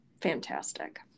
fantastic